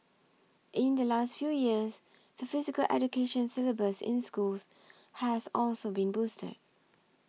in the last few years the Physical Education syllabus in schools has also been boosted